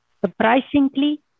surprisingly